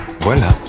Voilà